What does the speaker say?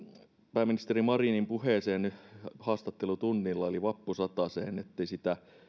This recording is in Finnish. pääministeri marinin puheeseen haastattelutunnilla vappusatasen sen ettei sitä